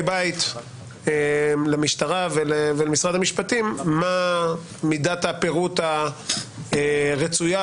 בית למשטרה ולמשרד המשפטים מה מידת הפירוט הרצויה,